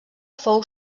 fou